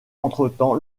entretemps